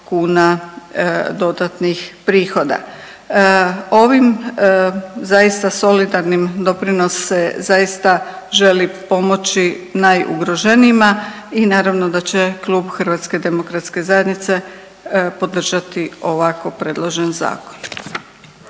kuna dodatnih prihoda. Ovim zaista solidarnim doprinos se zaista želi pomoći najugroženijima i naravno da će klub Hrvatske demokratske zajednice podržati ovako predložen zakon.